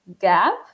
gap